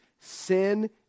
sin